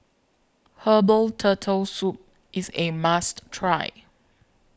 Herbal Turtle Soup IS A must Try